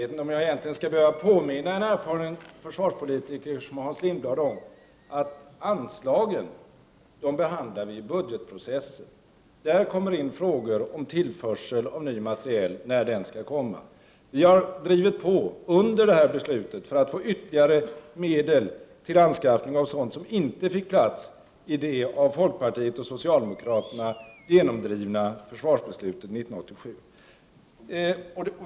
Fru talman! Jag vet inte om jag skall behöva påminna en erfaren försvarspolitiker som Hans Lindblad om att anslagen behandlas vid budgetprocessen. Då får frågor om tillförsel av ny materiel tas upp. Vi moderater har, under den tid som det nuvarande försvarsbeslutet gäller, drivit på för att få ytterligare medel till anskaffning av sådant som inte fick plats i det av folkpartiet och socialdemokraterna genomdrivna försvarsbeslutet 1987.